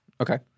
Okay